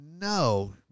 no